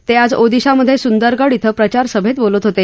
ते आज ओदिशामधे सुंदरगड क्वं प्रचारसभेत बोलत होते